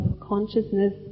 consciousness